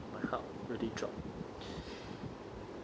my heart really dropped